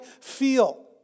feel